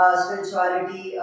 spirituality